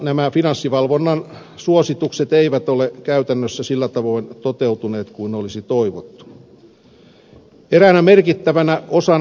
nämä finanssivalvonnan suositukset eivät ole käytännössä toteutuneet sillä tavoin kuin olisi toivottu